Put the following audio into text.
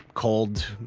cold.